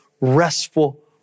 restful